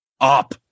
up